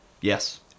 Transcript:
Yes